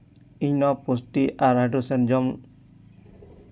ᱤᱧ ᱱᱚᱶᱟ ᱯᱩᱥᱴᱤ ᱟᱨ ᱦᱟᱭᱰᱨᱳᱡᱮᱱ ᱡᱚᱢ